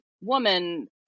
woman